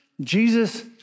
Jesus